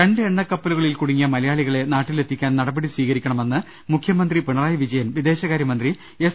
രണ്ട് എണ്ണക്കപ്പലുകളിൽ കുടുങ്ങിയ മലയാളികളെ നാട്ടിലെത്തിക്കാൻ നടപടി സ്വീകരിക്കണമെന്ന് മുഖ്യമന്ത്രി പിണറായി വിജയൻ വിദേശകാര്യമന്ത്രി എസ്